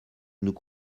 nous